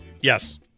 Yes